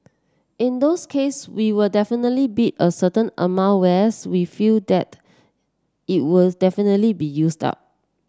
in those case we will definitely bid a certain amount where we feel that it will definitely be used up